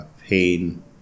pain